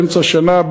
באמצע שנה,